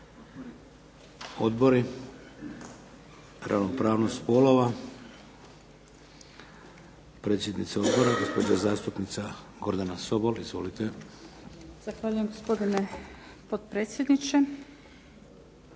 Odbori. Ravnopravnost spolova, predsjednica odbora gospođa zastupnica Gordana Sobol. Izvolite. **Sobol, Gordana (SDP)** Zahvaljujem, gospodine potpredsjedniče.